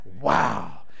Wow